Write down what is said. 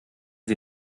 sie